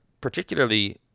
particularly